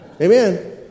Amen